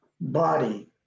body